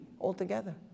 altogether